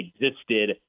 existed